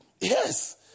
Yes